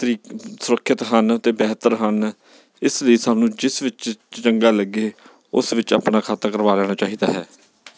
ਤਰੀਕ ਸੁਰੱਖਿਅਤ ਹਨ ਅਤੇ ਬਿਹਤਰ ਹਨ ਇਸ ਲਈ ਸਾਨੂੰ ਜਿਸ ਵਿੱਚ ਚੰਗਾ ਲੱਗੇ ਉਸ ਵਿੱਚ ਆਪਣਾ ਖਾਤਾ ਕਰਵਾ ਲੈਣਾ ਚਾਹੀਦਾ ਹੈ